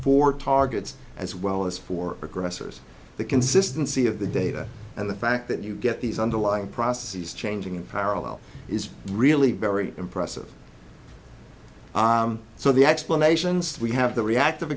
for targets as well as for aggressors the consistency of the data and the fact that you get these underlying processes changing in parallel is really very impressive so the explanations we have the reactive